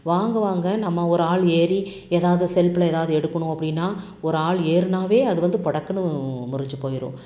வாங்குவாங்க நம்ம ஒரு ஆள் ஏறி ஏதாவது செல்பில் ஏதாவது எடுக்கணும் அப்படினா ஒரு ஆள் ஏறுனால் அது வந்து படக்குனு முறிஞ்சு போயிடும்